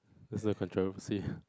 there's a controversy